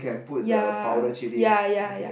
ya ya ya ya